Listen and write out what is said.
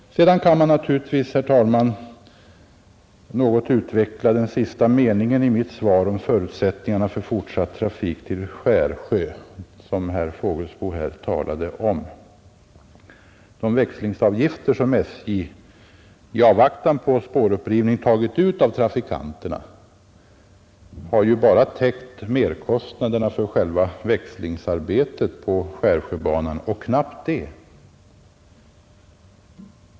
Sedan kan man naturligtvis något utveckla den sista meningen i mitt svar om förutsättningarna för fortsatt trafik till Skärsjö, som herr Fågelsbo talade om. De växlingsavgifter som SJ i avvaktan på spårupprivning tagit ut av trafikanterna har bara täckt merkostnaderna för själva växlingsarbetet på Skärsjöbanan, och knappt det.